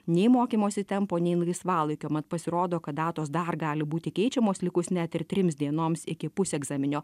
nei mokymosi tempo nei laisvalaikio mat pasirodo kad datos dar gali būti keičiamos likus net ir trims dienoms iki pusegzaminio